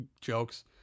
jokes